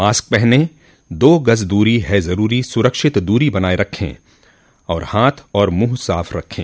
mask पहनें दो गज़ दूरी है ज़रूरी सुरक्षित दूरी बनाए रखें हाथ और मुंह साफ़ रखें